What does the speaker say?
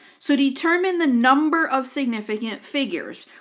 so determine the number of significant figures.